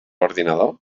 ordinador